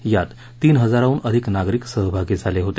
यात तीन हजाराहन अधिक नागरिक सहभागी झाले होते